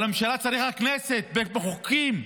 הממשלה צריכה כנסת, בית מחוקקים.